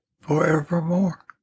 Forevermore